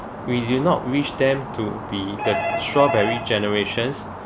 we do not wish them to be the strawberry generations